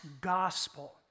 gospel